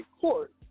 court